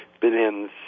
billions